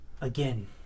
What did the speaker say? again